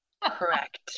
correct